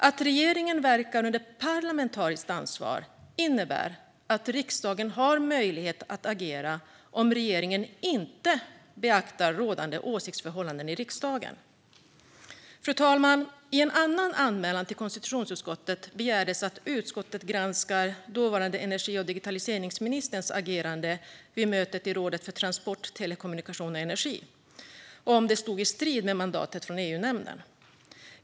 Att regeringen verkar under parlamentariskt ansvar innebär att riksdagen har möjlighet att agera om regeringen inte beaktar rådande åsiktsförhållanden i riksdagen. Fru talman! I en annan anmälan till konstitutionsutskottet begärdes att utskottet skulle granska dåvarande energi och digitaliseringsministerns agerande vid mötet i rådet för transport, telekommunikation och energi och om det stod i strid med mandatet från EU-nämnden.